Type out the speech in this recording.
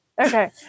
okay